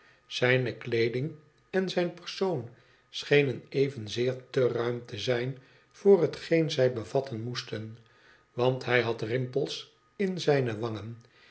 zijne kleeding en zijn persoon schenen evenzeer te ruim te zijn voor hetgeen zij bevatten moesten want hij had rimpels in zijne wangen